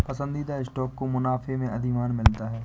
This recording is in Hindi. पसंदीदा स्टॉक को मुनाफे में अधिमान मिलता है